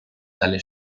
dalle